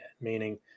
meaning